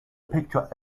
picture